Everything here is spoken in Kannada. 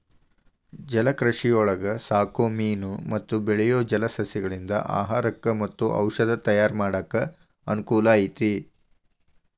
ಜಲಕೃಷಿಯೊಳಗ ಸಾಕೋ ಮೇನು ಮತ್ತ ಬೆಳಿಯೋ ಜಲಸಸಿಗಳಿಂದ ಆಹಾರಕ್ಕ್ ಮತ್ತ ಔಷದ ತಯಾರ್ ಮಾಡಾಕ ಅನಕೂಲ ಐತಿ